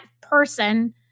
person